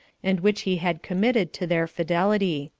and which he had committed to their fidelity.